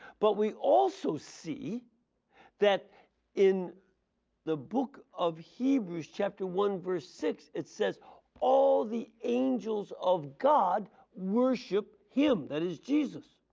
but we also see that in the book of hebrews chapter one six it says all the angels of god worship him. that is jesus.